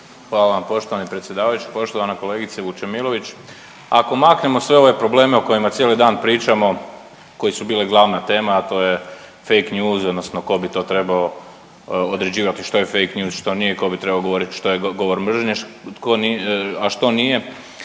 Hvala vam poštovani predsjedavajući. Poštovana kolegice Vučemilović, ako maknemo sve ove probleme o kojima cijeli dan pričamo koji su bili glavna tema, a to je fake news, odnosno tko bi to trebao određivati što je fake news, što nije, tko bi trebao govoriti što je govor mržnje a što nije.